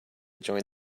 join